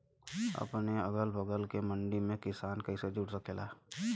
अपने अगला बगल के मंडी से किसान कइसे जुड़ सकेला?